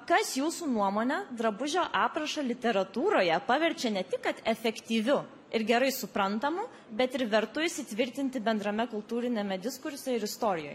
kas jūsų nuomone drabužio aprašą literatūroje paverčia ne tik kad efektyviu ir gerai suprantamu bet ir vertu įsitvirtinti bendrame kultūriniame diskurse ir istorijoj